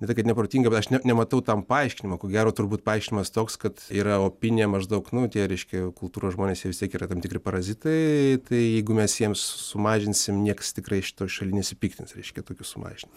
ne tai kad neprotinga bet aš ne nematau tam paaiškinimo ko gero turbūt paaiškinimas toks kad yra opinija maždaug nu tie reiškia kultūros žmonės jie vis tiek yra tam tikri parazitai tai jeigu mes jiems sumažinsim nieks tikrai šitoj šaly nesipiktins reiškia tokiu sumažinimu